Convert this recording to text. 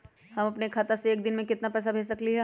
हम अपना खाता से एक दिन में केतना पैसा भेज सकेली?